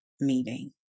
meeting